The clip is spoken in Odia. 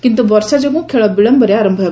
କିନ୍ତୁ ବର୍ଷା ଯୋଗୁଁ ଖେଳ ବିଳୟରେ ଆରମ୍ଭ ହେବ